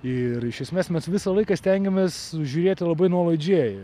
ir iš esmės mes visą laiką stengėmės žiūrėti labai nuolaidžiai